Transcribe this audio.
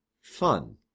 fun